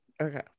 okay